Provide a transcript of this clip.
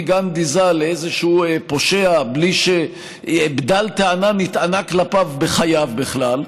גנדי ז"ל לאיזשהו פושע בלי שבדל טענה נטענה כלפיו בחייו בכלל,